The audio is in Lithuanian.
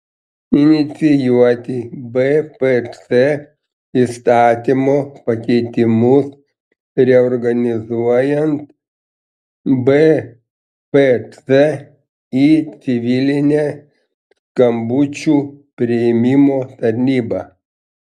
inicijuoti bpc įstatymo pakeitimus reorganizuojant bpc į civilinę skambučių priėmimo tarnybą